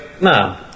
No